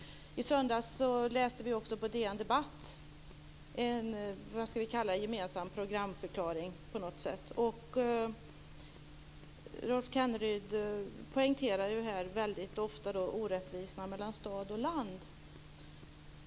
I söndags läste vi också på DN Debatt vad man skulle kunna kalla en gemensam programförklaring. Rolf Kenneryd poängterar ju här väldigt ofta orättvisorna mellan stad och land.